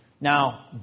Now